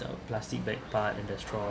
the plastic bag part and the straws